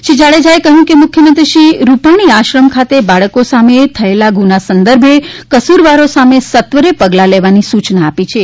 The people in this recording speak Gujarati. શ્રી જાડેજાએ કહ્યું કે મુખ્ય મંત્રી શ્રી રૂપાણીએ આશ્રમ ખાતે બાળકો સામે થયેલા ગુના સંદર્ભે કસૂરવારો સામે સત્વરે પગલાં લેવાની સૂચના આપી છે